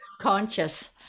conscious